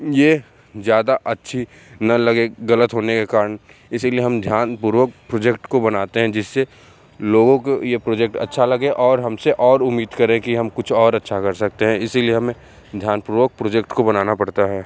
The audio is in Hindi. ये ज़्यादा अच्छी न लगे गलत होने के कारण इसलिए हम ध्यानपूर्वक प्रुजेक्ट को बनाते हैं जिससे लोगों को ये प्रोजेक्ट अच्छा लगे और हमसे और उम्मीद करें कि हम कुछ और अच्छा कर सकते हैं इसीलिए हमें ध्यानपूर्वक प्रोजेक्ट को बनाना पड़ता है